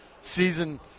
Season